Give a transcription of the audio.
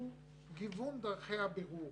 גיוון דרכי הבירור.